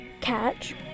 catch